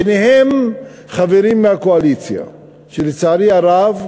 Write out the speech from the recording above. ביניהם חברים מהקואליציה, שלצערי הרב,